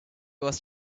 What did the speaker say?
was